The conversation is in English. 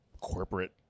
Corporate